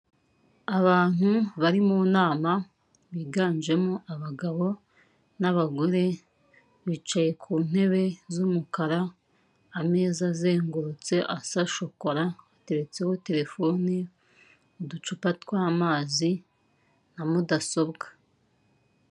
Abantu bari mu nama biganjemo abagabo n'abagore, bicaye ku ntebe z'umukara ameza azengurutse asa shokora ateretseho telefone, uducupa tw'amazi na mudasobwa.